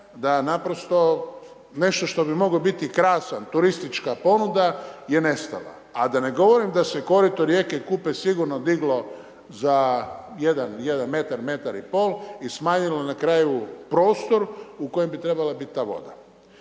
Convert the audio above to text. da naprosto nešto što bi mogao biti krasan, turistička ponuda, je nestala. A da ne govorim da se korito rijeke Kupe sigurno diglo za 1 metar, metar i pol i smanjilo na kraju prostor u kojem bi trebala biti ta voda.